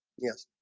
yes